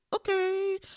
Okay